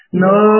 no